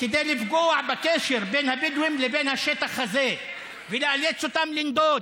כדי לפגוע בקשר בין הבדואים לבין השטח הזה ולאלץ אותם לנדוד